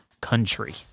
country